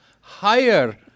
higher